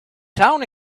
town